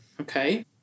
okay